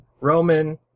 Roman